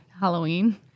Halloween